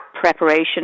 preparation